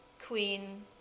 queen